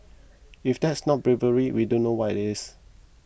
if that's not bravery we don't know what is